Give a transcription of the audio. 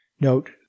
Note